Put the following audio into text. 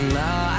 now